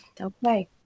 Okay